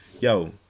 yo